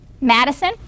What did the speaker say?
Madison